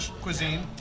cuisine